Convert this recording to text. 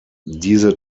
diese